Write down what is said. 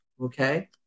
Okay